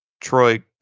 Troy